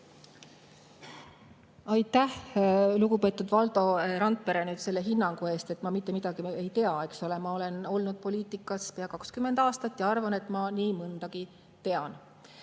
Aitäh, lugupeetud Valdo Randpere, selle hinnangu eest, et ma mitte midagi ei tea! Ma olen olnud poliitikas pea 20 aastat ja arvan, et ma nii mõndagi tean.